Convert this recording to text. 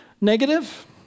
negative